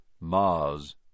Mars